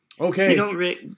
Okay